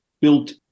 built